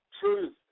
truth